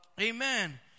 Amen